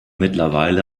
mittlerweile